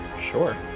Sure